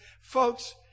Folks